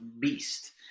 beast